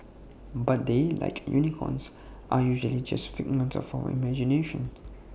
but they like unicorns are usually just figments of our imagination